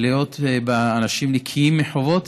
להיות אנשים נקיים מחובות